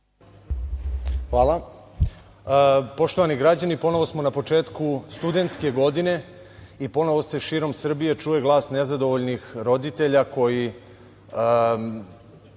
Hvala. Poštovani građani, ponovo smo na početku studentske godine i ponovo se širom Srbije čuje glas nezadovoljnih roditelja koji